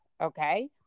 okay